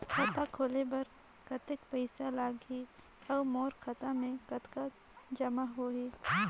खाता खोले बर कतेक पइसा लगही? अउ मोर खाता मे कतका जमा होही?